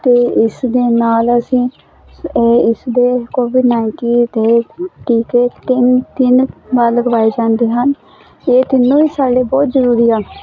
ਅਤੇ ਇਸ ਦੇ ਨਾਲ ਅਸੀਂ ਇਸਦੇ ਕੋਵਿਡ ਨਾਈਨਟੀ ਦੇ ਟੀਕੇ ਤਿੰਨ ਤਿੰਨ ਵਾਰ ਲਗਵਾਏ ਜਾਂਦੇ ਹਨ ਇਹ ਤਿੰਨੋਂ ਹੀ ਸਾਡੇ ਬਹੁਤ ਜ਼ਰੂਰੀ ਆ